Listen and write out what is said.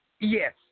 Yes